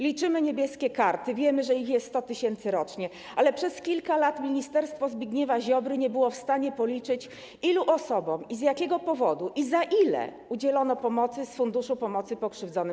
Liczymy „Niebieskie karty”, wiemy, że jest ich 100 tys. rocznie, ale przez kilka lat ministerstwo Zbigniewa Ziobry nie było w stanie policzyć, ilu osobom, z jakiego powodu i za ile udzielono pomocy z Funduszu Pomocy Pokrzywdzonym.